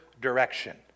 direction